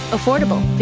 Affordable